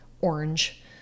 orange